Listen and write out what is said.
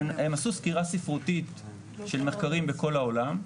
הם עשו סקירה ספרותית של מחקרים בכל העולם,